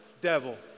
devil